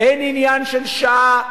אין עניין של שעה.